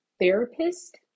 therapist